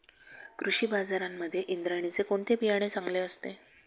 कृषी बाजारांमध्ये इंद्रायणीचे कोणते बियाणे चांगले असते?